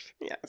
yes